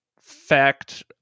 fact